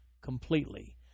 completely